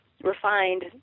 refined